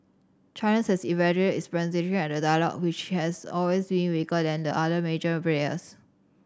China has its representation at the dialogue which has always been weaker than the other major players